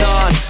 on